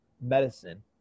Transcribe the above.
medicine